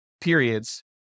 periods